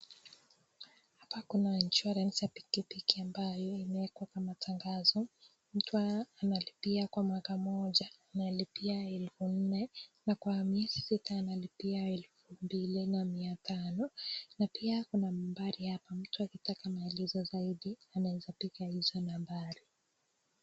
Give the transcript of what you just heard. Hapa kuna insurance ya pikipiki ambayo imewekwa kwenye matangazo, mtu analipia kwa mwaka moja 4,000 na kwa miezi sita analipia 2,500 na pia kuna nambari hapa mtu akitaka maelezo zaidi anaweza piga hizo nambari.